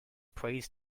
prays